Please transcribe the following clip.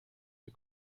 you